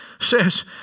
says